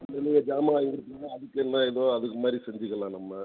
இல்லை நீங்கள் ஜாமான் வாங்கிக் கொடுத்தீங்கன்னா அதுக்கு என்ன இதுவோ அதுக்கு மாதிரி செஞ்சிக்கலாம் நம்ம